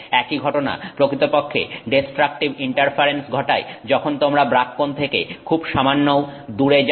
একই ঘটনা প্রকৃতপক্ষে ডেস্ট্রাকটিভ ইন্টারফারেন্স ঘটায় যখন তোমরা ব্রাগ কোণ থেকে খুব সামান্যও দূরে যাও